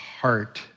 heart